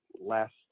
last